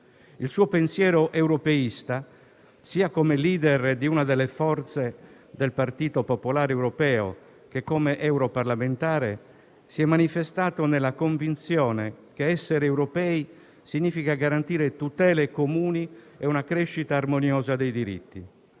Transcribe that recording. Il suo pensiero europeista, sia come *leader* di una delle forze del Partito Popolare Europeo che come europarlamentare, si è manifestato nella convinzione che essere europei significa garantire tutele comuni e una crescita armoniosa dei diritti.